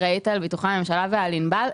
אחראית על ביטוחי הממשלה ועל ענבל.